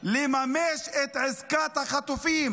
לממש את עסקת החטופים.